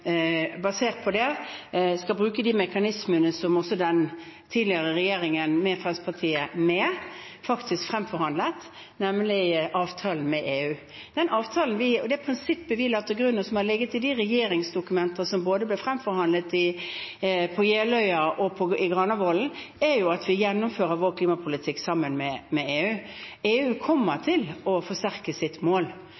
skal bruke de mekanismene som den tidligere regjeringen, hvor Fremskrittspartiet var med, fremforhandlet, nemlig avtalen med EU. Det prinsippet vi la til grunn, og som har ligget i de regjeringsdokumenter som ble fremforhandlet på både Jeløya og Granavolden, er at vi gjennomfører vår klimapolitikk sammen med EU. EU kommer til å forsterke sitt mål. Så er det spørsmål om fordelingen – om det blir i ETS-sektoren, altså i kvotehandelen, man kommer